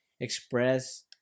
express